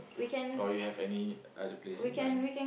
or you have any other place in mind